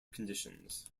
conditions